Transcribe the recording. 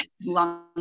long